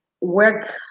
work